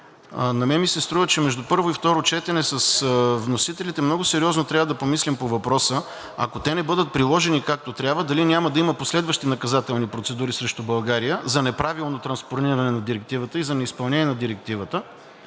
На мен ми се струва, че между първо и второ четене с вносителите много сериозно трябва да помислим по въпроса, ако те не бъдат приложени както трябва, дали няма да има последващи наказателни процедури срещу България за неправилно транспониране на Директивата и за неизпълнение на Директивата,